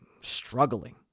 struggling